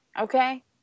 okay